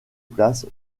place